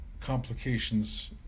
complications